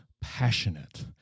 passionate